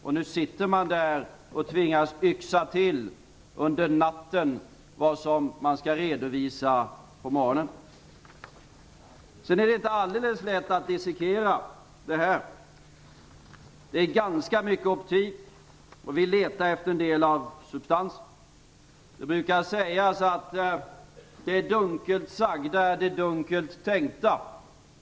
Och nu sitter man där och tvingas yxa till under natten vad man skall redovisa på morgonen. Det är inte alldeles lätt att dissekera det här. Det är ganska mycket optik, och vi letar efter en del av substansen. Det brukar sägas att det dunkelt sagda är det dunkelt tänkta.